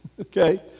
okay